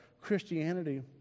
Christianity